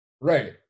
right